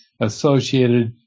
associated